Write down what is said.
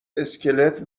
اسکلت